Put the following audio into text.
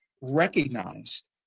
recognized